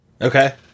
Okay